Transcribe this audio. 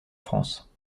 france